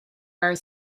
are